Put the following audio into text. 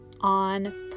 on